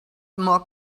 more